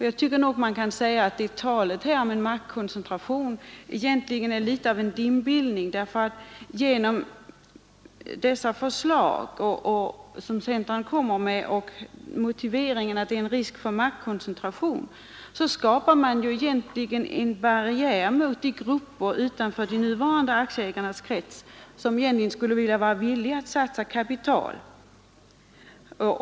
Jag tycker att talet om maktkoncentration egentligen är litet av dimbildning, därför att genom de förslag som centern framför och i motiveringen för att det föreligger risk för maktkoncentration skapar man egentligen barriärer mot de grupper utanför aktieägarnas krets som skulle vara villiga att satsa kapital.